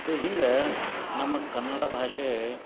so ಹಿಂಗೆ ನಮ್ಮ ಕನ್ನಡ ಭಾಷೆ